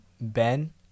ben